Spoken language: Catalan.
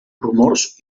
rumors